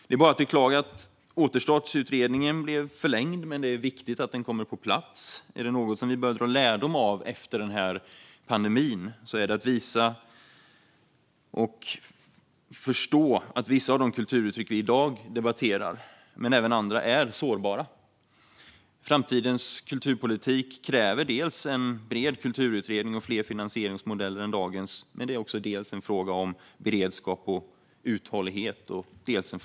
Det är bara att beklaga att Återstartsutredningen blev förlängd, men det är viktigt att den kommer på plats. Är det någon lärdom vi bör dra av den här pandemin är det att vissa av de kulturuttryck vi i dag debatterar, men även andra, är sårbara. Framtidens kulturpolitik kräver en bred kulturutredning och fler finansieringsmodeller än dagens, men det är också en fråga dels om beredskap och uthållighet, dels om frihet.